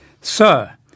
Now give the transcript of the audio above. Sir